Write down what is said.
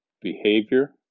behavior